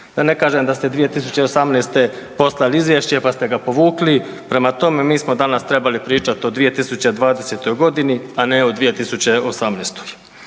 da ne kažem da ste 2018. poslali izvješće pa ste ga povukli. Prema tome mi smo danas trebali pričati o 2020. godini, a ne o 2018.